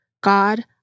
God